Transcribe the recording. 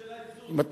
בשביל האיזון.